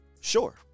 sure